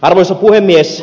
arvoisa puhemies